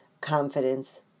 confidence